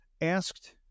asked